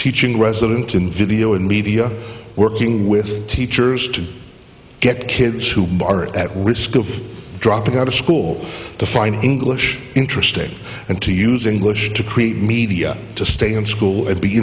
teaching resident in video and media working with teachers to get kids who are at risk of dropping out of school to find english interesting and to use english to create media to stay in school and be